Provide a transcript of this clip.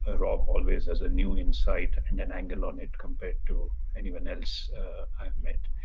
ah rob always has a new insight and an angle on it compared to anyone else i've met.